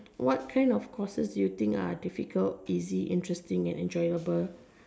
what kind of courses do you think are difficult easy interesting and enjoyable